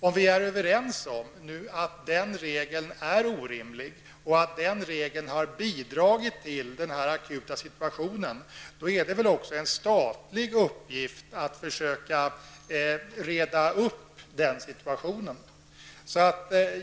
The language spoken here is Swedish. Om vi nu är överens om att den regeln är orimlig och har bidragit till den akuta situationen, då är det väl också en statlig uppgift att försöka reda upp situationen.